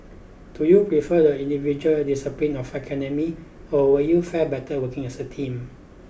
do you prefer the individual discipline of academia or would you fare better working as a team